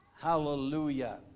Hallelujah